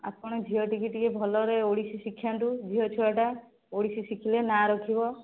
ଆପଣ ଝିଅଟିକୁ ଟିକିଏ ଭଲରେ ଓଡ଼ିଶୀ ଶିଖାନ୍ତୁ ଝିଅ ଛୁଆଟା ଓଡ଼ିଶୀ ଶିଖିଲେ ନାଁ ରଖିବ